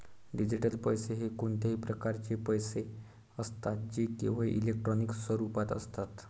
digital पैसे हे कोणत्याही प्रकारचे पैसे असतात जे केवळ इलेक्ट्रॉनिक स्वरूपात असतात